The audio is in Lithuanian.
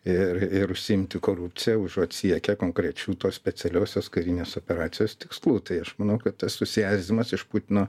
ir ir užsiimti korupcija užuot siekę konkrečių tos specialiosios karinės operacijos tikslų tai aš manau kad tas susierzinimas iš putino